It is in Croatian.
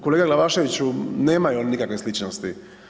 Kolega Glavaševiću, nemaju oni nikakve sličnosti.